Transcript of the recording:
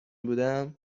بودم